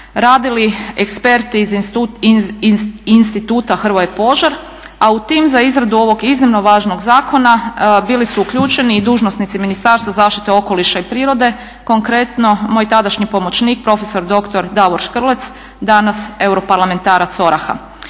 radili eksperti iz Instituta Hrvoje Požar, a u tim za izradu ovog iznimno važnog zakona bili su uključeni i dužnosnici Ministarstva zaštite okoliše i prirode, konkretno moj tadašnji pomoćnik prof.dr. Davor Škrlec, danas europarlamentarac ORAH-a.